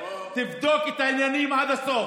תבדוק את העניינים עד הסוף,